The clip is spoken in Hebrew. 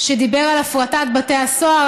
שדיבר על הפרטת בתי הסוהר.